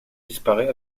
disparaît